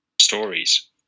stories